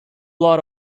lot